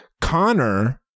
Connor